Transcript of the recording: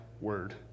word